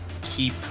keep